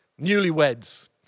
newlyweds